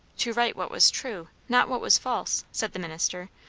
to write what was true not what was false, said the minister,